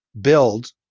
build